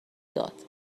داد